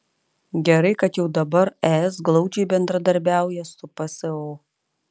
gerai kad jau dabar es glaudžiai bendradarbiauja su pso